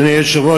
אדוני היושב-ראש,